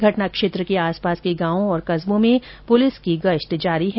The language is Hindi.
घटना क्षेत्र के आस पास के गांवों और कस्वों में पुलिस की गश्त जारी है